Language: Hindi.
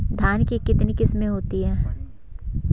धान की कितनी किस्में होती हैं?